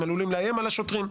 הם עלולים לאיים על השוטרים.